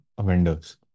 vendors